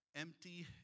empty